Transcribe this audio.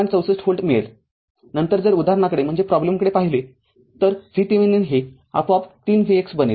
६४ volt मिळेल नंतर जर उदाहरणाकडे पाहिले तर VThevenin हे आपोआप ३ Vx बनेल